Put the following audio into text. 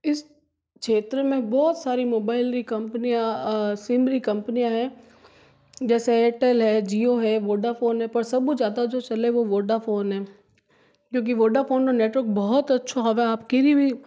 इस क्षेत्र में बहुत सारी मोबाइल की कंपनियां सिम री कम्पनियाँ है जैसे एयरटेल है जियो है वोडाफोन है पर सबो ज़्यादा जो चले वो वोडाफोन है क्योंकि वोडाफोन में नेटवर्क बहुत अच्छो आवे आप के री वी